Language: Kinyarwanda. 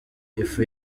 ifu